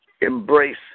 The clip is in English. embrace